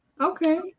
Okay